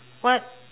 what